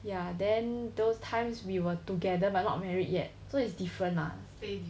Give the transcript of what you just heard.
ya then those times we were together but not married yet so it's different lah